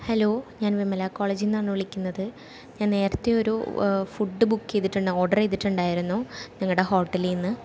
hello ഞാൻ വിമലാ കോളേജിൽ നിന്നാണ് വിളിക്കുന്നത് ഞാൻ നേരത്തെ ഒരു ഫുഡ് ബുക്ക് ചെയ്തിട്ട് ഓർഡർ ചെയ്തിട്ടുണ്ടായിരുന്നു നിങ്ങളുടെ ഹോട്ടലിൽ നിന്ന്